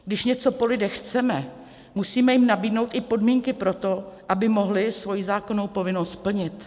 Když něco po lidech chceme, musíme jim nabídnout i podmínky pro to, aby mohli svoji zákonnou povinnost splnit.